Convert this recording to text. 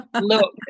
look